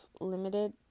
limited